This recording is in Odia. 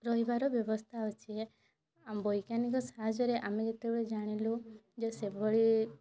ରହିବାର ବ୍ୟବସ୍ଥା ଅଛି ଆମ ବୈଜ୍ଞାନିକ ସାହାଯ୍ୟରେ ଆମେ ଯେତେବେଳେ ଜାଣିଲୁ ଯେ ସେଭଳି